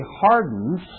hardens